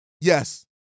yes